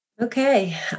Okay